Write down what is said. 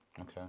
Okay